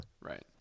Right